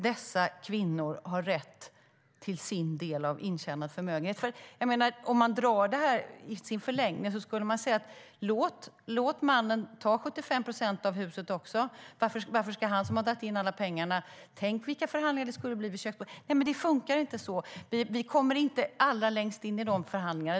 Dessa kvinnor har rätt till sin del av intjänad förmögenhet.I förlängningen skulle detta annars innebär att man säger: Låt mannen ta 75 procent av huset också, för det är ju han som har dragit in alla pengarna! Tänk vilka förhandlingar det skulle bli vid köksbordet! Det funkar inte så. Vi kommer inte allra längst in i de förhandlingarna.